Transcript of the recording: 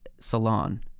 salon